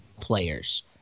players